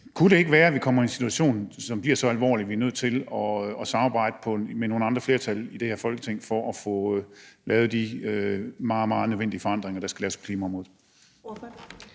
Kunne det ikke være, at vi kommer i en situation, som er så alvorlig, at vi er nødt til at samarbejde med nogle andre flertal i det her Folketing for at få lavet de meget, meget nødvendige forandringer, der skal laves, på klimaområdet? Kl.